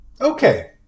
okay